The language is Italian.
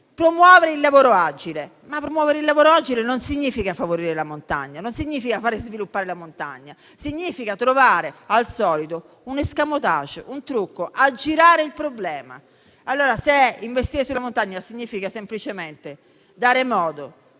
promuovere il lavoro agile. Ma promuovere il lavoro agile non significa favorire la montagna, non significa far sviluppare la montagna. Significa trovare al solito un *escamotage*, un trucco, aggirare il problema. Allora, se investire sulla montagna significa semplicemente dare modo